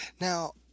Now